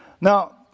Now